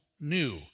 new